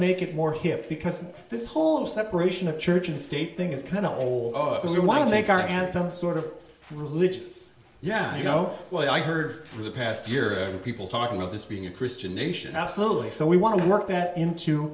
make it more hip because this whole separation of church and state thing is kind of old because you want to make our anthem sort of religious yeah you know what i heard for the past year and people talking about this being a christian nation absolutely so we want to work that into